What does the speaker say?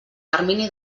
termini